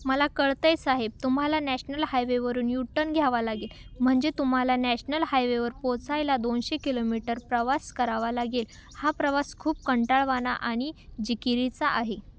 मला कळत आहे साहेब तुम्हाला नॅशनल हायवेवरून यू टन घ्यावा लागेल म्हणजे तुम्हाला नॅशनल हायवेवर पोचायला दोनशे किलोमीटर प्रवास करावा लागेल हा प्रवास खूप कंटाळवाणा आणि जिकिरीचा आहे